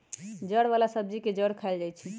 जड़ वाला सब्जी के जड़ खाएल जाई छई